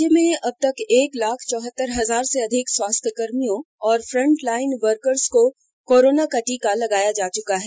राज्य में अब तक एक लाख चौहतर हजार से अधिक स्वास्थ्यकर्मियों और फ्रंटलाइन वर्कर्स को कोरोना का टीका लगाया जा चुका है